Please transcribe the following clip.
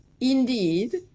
indeed